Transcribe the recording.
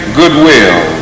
goodwill